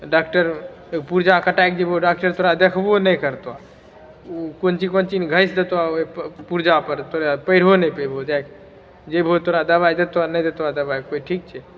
doctor पुर्जा कटाएके जेबहो डॉक्टर तोरा देखबो नहि करतौ ओ कोन कोन चीज ने घसि देतौ पुर्जा पर तोरा पढ़िओ नहि पैबहो जेबहो तोरा दबाइ देतौ आ नहि देतौ दबाइ कोइ ठीक छै